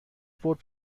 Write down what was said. بردش